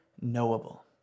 knowable